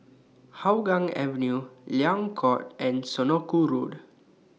Hougang Avenue Liang Court and Senoko Road